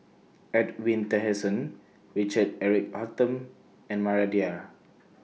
Edwin Tessensohn Richard Eric Holttum and Maria Dyer